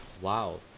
Wow